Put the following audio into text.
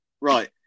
Right